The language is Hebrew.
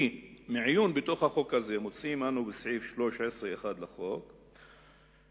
כי מעיון בחוק הזה מוצאים אנו בסעיף 13(1) לחוק,